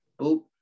boop